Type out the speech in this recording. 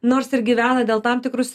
nors ir gyvena dėl tam tikrus